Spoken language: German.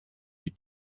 die